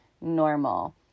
normal